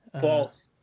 False